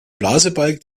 blasebalg